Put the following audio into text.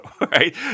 right